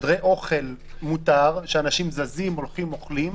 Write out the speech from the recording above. חדרי אוכל מותר, שאנשים זזים, אוכלים,